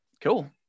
Cool